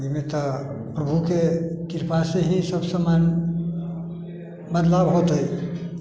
आ एहिमे तऽ प्रभुके कृपासँ ही ई सभ सामान्य मतलब होतै